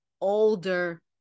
older